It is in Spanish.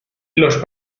los